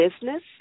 business